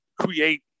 create